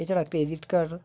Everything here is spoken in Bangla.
এছাড়া ক্রেডিট কার্ড